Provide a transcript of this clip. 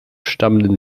stammenden